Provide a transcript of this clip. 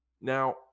Now